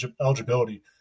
eligibility